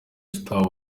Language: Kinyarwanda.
star